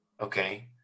okay